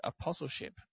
apostleship